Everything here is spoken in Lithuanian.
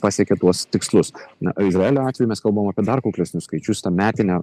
pasiekė tuos tikslus na o izraelio atveju mes kalbame apie dar kuklesnius skaičius tą metinę